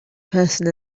person